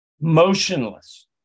motionless